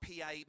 PA